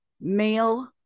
male